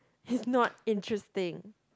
it's not interesting